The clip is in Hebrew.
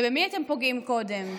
ובמי אתם פוגעים קודם,